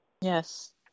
Yes